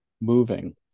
moving